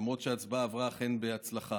למרות שההצבעה אכן עברה בהצלחה: